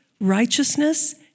righteousness